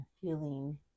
feeling